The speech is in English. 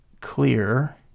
clear